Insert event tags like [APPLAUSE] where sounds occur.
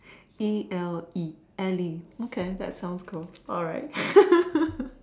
E L E ele okay that sounds cool alright [LAUGHS]